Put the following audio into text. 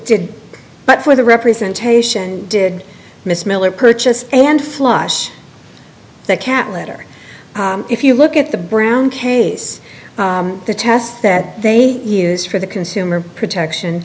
good but for the representation did miss miller purchase and flush the cat litter if you look at the brown case the test that they use for the consumer protection